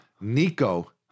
Nico